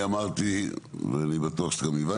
זה אני אמרתי ואני בטוח שגם הבנת אותי,